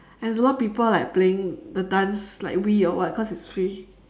and a lot of people like playing the dance like Wii or what cause it's free